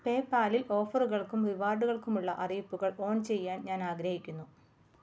PayPal ൽ ഓഫറുകൾക്കും റിവാർഡുകൾക്കുമുള്ള അറിയിപ്പുകൾ ഓൺ ചെയ്യാൻ ഞാൻ ആഗ്രഹിക്കുന്നു